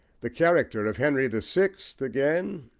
the character of henry the sixth again,